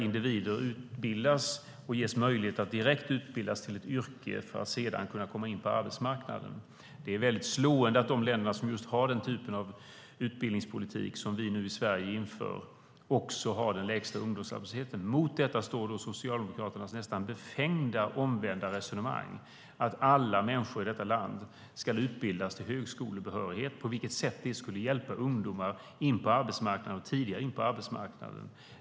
Individer ges då möjlighet att utbildas direkt till ett yrke för att sedan kunna komma in på arbetsmarknaden. Det är slående att de länder som har den typ av utbildningspolitik som vi nu inför i Sverige också har den lägsta ungdomsarbetslösheten. Mot detta står Socialdemokraternas nästan befängda omvända resonemang, att alla människor i detta land ska utbildas till högskolebehörighet. På vilket sätt skulle det hjälpa ungdomar in på arbetsmarknaden, och hur skulle det hjälpa dem tidigare in på arbetsmarknaden?